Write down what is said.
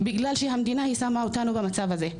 בגלל שהמדינה שמה אותנו במצב הזה.